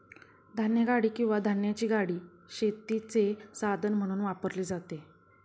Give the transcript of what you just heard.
धान्यगाडी किंवा धान्याची गाडी शेतीचे साधन म्हणून वापरली जाते